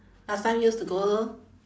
last time used to go